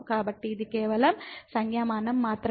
కాబట్టి ఇది కేవలం సంజ్ఞామానం మాత్రమే